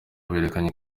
berekanye